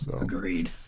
Agreed